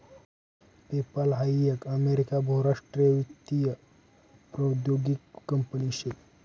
PayPal हाई एक America बहुराष्ट्रीय वित्तीय प्रौद्योगीक कंपनी शे